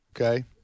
Okay